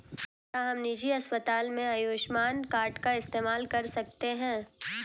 क्या हम निजी अस्पताल में आयुष्मान कार्ड का इस्तेमाल कर सकते हैं?